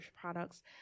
products